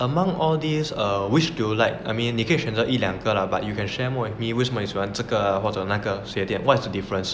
among all these err which do you like I mean 你可以选择一两个 lah but you can share more with me 为什么你喜欢这个或者那个先 what's the difference